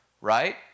right